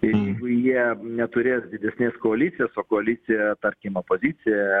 jeigu jie neturės didesnės koalicijos o koalicija tarkim opozicijoje